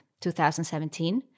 2017